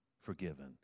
Forgiven